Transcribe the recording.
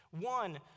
one